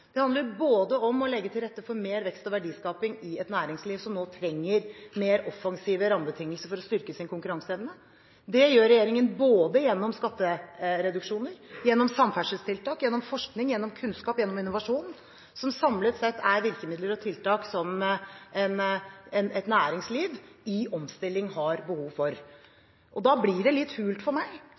Det handler om å legge til rette for mer vekst og verdiskaping i et næringsliv som nå trenger mer offensive rammebetingelser for å styrke sin konkurranseevne. Det gjør regjeringen både gjennom skattereduksjoner, gjennom samferdselstiltak, gjennom forskning, gjennom kunnskap, gjennom innovasjon, som samlet sett er virkemidler og tiltak som et næringsliv i omstilling har behov for. Da blir det litt hult for meg